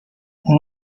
اون